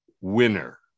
winner